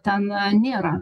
ten nėra